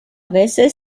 veces